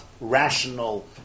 rational